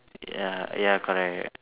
ya ya correct